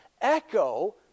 echo